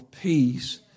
peace